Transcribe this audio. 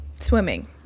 swimming